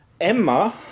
Emma